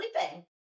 sleeping